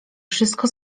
wszystko